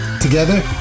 Together